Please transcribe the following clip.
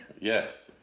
Yes